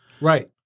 Right